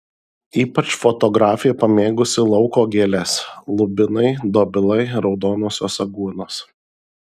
ypač fotografė pamėgusi lauko gėles lubinai dobilai raudonosios aguonos